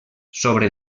sobre